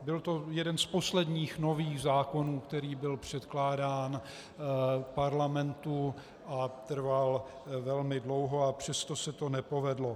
Byl to jeden z posledních nových zákonů, který byl předkládán Parlamentu, a trval velmi dlouho, a přesto se to nepovedlo.